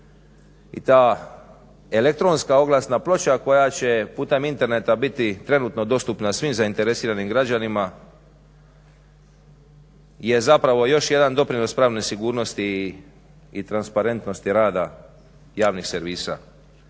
i ta elektronska oglasna ploča koja će putem interneta biti trenutno dostupna svim zainteresiranim građanima je zapravo još jedan doprinos pravne sigurnosti i transparentnosti rada javnih servisa.